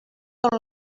tot